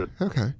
okay